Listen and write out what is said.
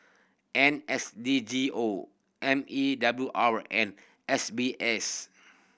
N S D G O M E W R and S B S